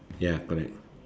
ya correct